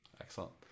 Excellent